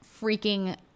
freaking